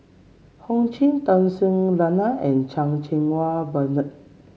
Ho Ching Tun Sri Lanang and Chan Cheng Wah Bernard